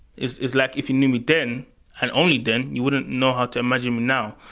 it's it's like if you knew me then and only then you wouldn't know how to imagine me now.